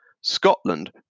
Scotland